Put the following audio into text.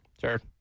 Sure